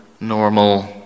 normal